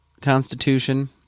Constitution